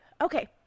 Okay